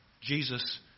Jesus